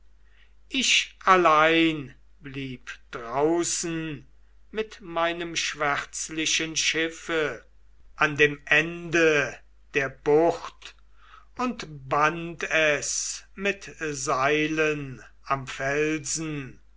ich allein blieb draußen mit meinem schwärzlichen schiffe an dem ende der bucht und band es mit seilen am felsen